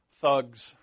thugs